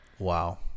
Wow